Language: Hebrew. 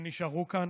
שנשארו כאן,